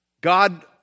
God